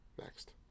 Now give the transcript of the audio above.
Next